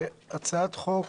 שבהצעת חוק